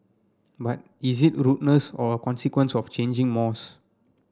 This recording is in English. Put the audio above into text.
but is it rudeness or a consequence of changing mores